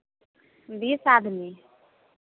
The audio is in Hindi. बीस आदमी